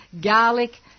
garlic